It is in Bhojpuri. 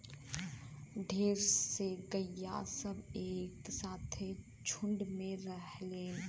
ढेर के गइया सब एक साथे झुण्ड में रहलीन